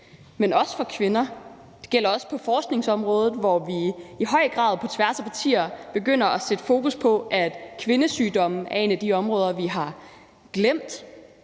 køn, også for kvinder. Det gælder også på forskningsområdet, hvor vi i høj grad på tværs af partier begynder at sætte fokus på, at kvindesygdomme er et af de områder, vi har glemt,